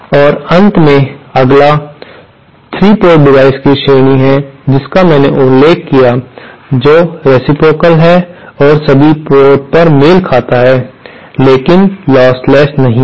और अंत में अगला 3 पोर्ट डिवाइसों की तीसरी श्रेणी है जिसका मैंने उल्लेख किया जो रेसिप्रोकल है और सभी पोर्ट पर मेल खाता है लेकिन लॉसलेस नहीं है